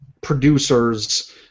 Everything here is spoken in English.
producers